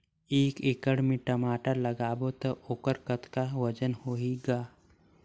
एक एकड़ म टमाटर लगाबो तो ओकर कतका वजन होही ग?